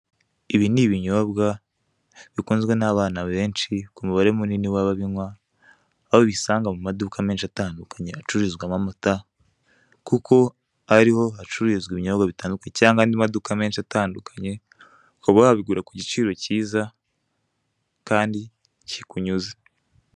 Ibi ni ibinyobwa bikunzwe n'abana benshi, ku mubare munini w'ababinywa, aho wabisanga mu maduka menshi atandukanye acururizwamo amata, kuko ariho hacururizwa ibinyobwa bitandukanye, cyangwa mu maduka menshi atandukanye, ukaba wabigura ku giciro kiza kandi kinyuze.